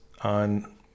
on